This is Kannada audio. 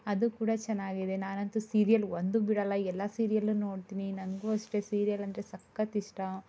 ಅದು ಕೂಡ ಚೆನ್ನಾಗಿದೆ ನಾನಂತು ಸೀರಿಯಲ್ ಒಂದು ಬಿಡಲ್ಲ ಎಲ್ಲಾ ಸೀರಿಯಲ್ಲು ನೋಡ್ತೀನಿ ನಂಗೂ ಅಷ್ಟೆ ಸೀರಿಯಲ್ ಅಂದರೆ ಸಕತ್ತು ಇಷ್ಟ